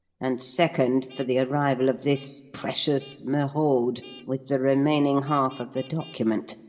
and, second, for the arrival of this precious merode with the remaining half of the document.